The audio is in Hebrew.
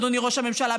אדוני ראש הממשלה,